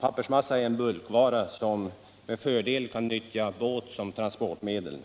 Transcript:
Pappersmassa är en bulkvara, som med fördel kan nyttja båt såsom transportmedel.